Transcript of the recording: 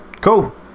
Cool